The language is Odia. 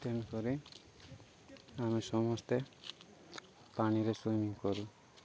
ତେଣୁକରି ଆମେ ସମସ୍ତେ ପାଣିରେ ସୁଇମିଂ କରୁ